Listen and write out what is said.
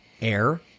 air